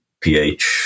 pH